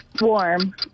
warm